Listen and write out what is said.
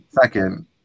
second